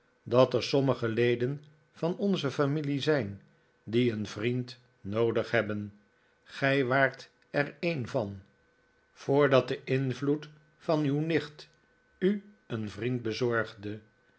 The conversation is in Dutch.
dat er sommige leden van onze familie zijn die een vriend noodig hebben gij waart er een van voordat de invloed van uw nicht u een vriend bezorgde